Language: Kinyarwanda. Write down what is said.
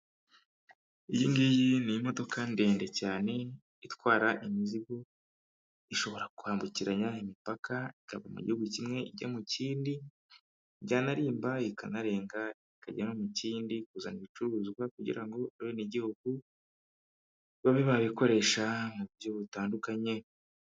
Iyi ngiyi ni imodoka ndende cyane itwara imizigo, ishobora kwambukiranya imipaka ikava mu gihugu kimwe ijya mu kindi byanarimba ikanarenga ikajya no mu kindi kuzana ibicuruzwa kugira ngo abenegihugu babe babikoresha mu buryo butandukanye.